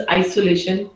isolation